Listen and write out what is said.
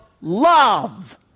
love